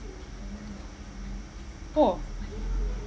oh